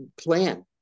plan